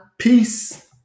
Peace